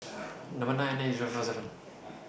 Number nine eight nine eight Zero five four seven